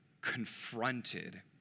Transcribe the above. confronted